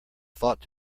thought